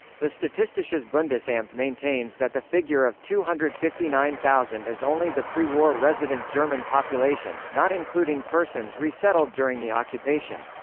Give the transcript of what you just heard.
the statistisches bundesamt maintains that the figure of two hundred and fifty nine thousand is only the pre-war resident german population, not including persons resettled during the occupation.